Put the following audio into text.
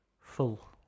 full